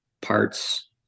parts